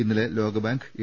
ഇന്നലെ ലോക bank A